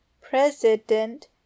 President